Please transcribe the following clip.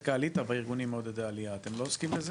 את "קעליטה" בארגונים מעודדי עלייה אתם לא עוסקים בזה?